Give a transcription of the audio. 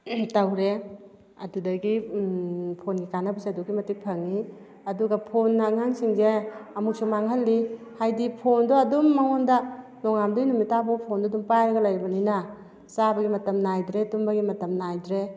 ꯇꯧꯔꯦ ꯑꯗꯨꯗꯒꯤ ꯐꯣꯟꯒꯤ ꯀꯥꯟꯅꯕꯁꯦ ꯑꯗꯨꯛꯀꯤ ꯃꯇꯤꯛ ꯐꯪꯉꯤ ꯑꯗꯨꯒ ꯐꯣꯟꯅ ꯑꯉꯥꯡꯁꯤꯡꯁꯦ ꯑꯃꯨꯛꯁꯨ ꯃꯥꯡꯍꯜꯂꯤ ꯍꯥꯏꯗꯤ ꯐꯣꯟꯗꯣ ꯑꯗꯨꯝ ꯃꯉꯣꯟꯗ ꯅꯣꯡꯉꯥꯟꯕꯗꯩ ꯅꯨꯃꯤꯠ ꯇꯥꯐꯥꯎ ꯐꯣꯟꯗꯣ ꯑꯗꯨꯝ ꯄꯥꯏꯔꯒ ꯂꯩꯔꯕꯅꯤꯅ ꯆꯥꯕꯒꯤ ꯃꯇꯝ ꯅꯥꯏꯗ꯭ꯔꯦ ꯇꯨꯝꯕꯒꯤ ꯃꯇꯝ ꯅꯥꯏꯗ꯭ꯔꯦ